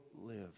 live